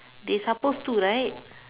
they supposed to right